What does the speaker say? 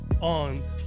on